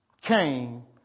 came